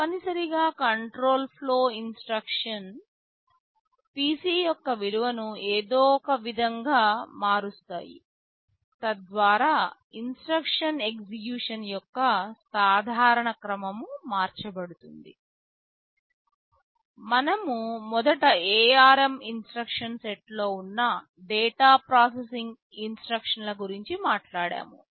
తప్పనిసరిగా control flow instructions PC యొక్క విలువను ఏదో ఒక విధంగా మారుస్తాయి తద్వారా ఇన్స్ట్రక్షన్ ఎగ్జిక్యూషన్ యొక్క సాధారణ క్రమం మార్చబడుతుంది మనము మొదట ARM ఇన్స్ట్రక్షన్ సెట్లో ఉన్న డేటా ప్రాసెసింగ్ ఇన్స్ట్రక్షన్లdata processing instructions గురించి మాట్లాడాము